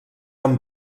amb